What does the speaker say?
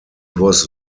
was